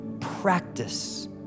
Practice